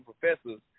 professors